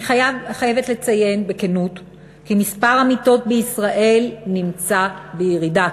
אני חייבת לציין בכנות כי מספר המיטות בישראל נמצא בירידה.